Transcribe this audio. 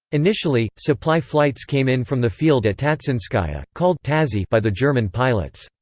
initially, supply flights came in from the field at tatsinskaya, called tazi by the german pilots.